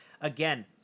again